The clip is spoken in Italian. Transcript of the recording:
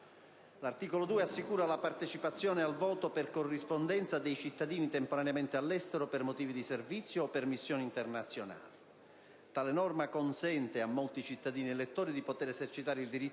L'articolo 2 assicura la partecipazione al voto per corrispondenza dei cittadini temporaneamente all'estero per motivi di servizio o per missioni internazionali. Tale norma consente a molti cittadini elettori di poter esercitare il diritto